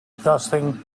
disgusting